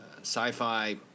sci-fi